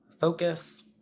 Focus